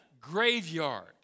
graveyard